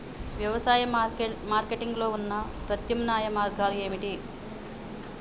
వ్యవసాయ మార్కెటింగ్ లో ఉన్న ప్రత్యామ్నాయ మార్గాలు ఏమిటి?